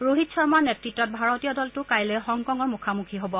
ৰোহিত শৰ্মাৰ নেতত্তত ভাৰতীয় দলটো কাইলৈ হংকঙৰ মুখামুকি হ'ব